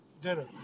Dinner